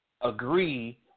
agree